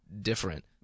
different